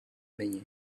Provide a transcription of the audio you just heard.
мені